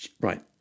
Right